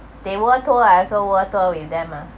they world tour I also world tour with them ah